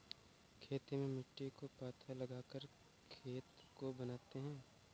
खेती में मिट्टी को पाथा लगाकर खेत को बनाते हैं?